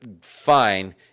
fine